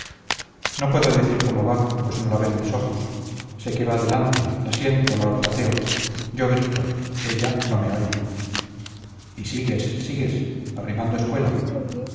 no puedo decir cómo va pues no la ven mis ojos sé que va delante la siento la olfateo yo grito ella no me oye y sigues sigues arrimando espuela